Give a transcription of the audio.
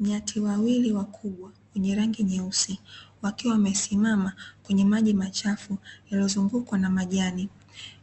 Nyati wawili wakubwa wenye rangi nyeusi wakiwa wamesimama kwenye maji machafu yaliyozungukwa na majani.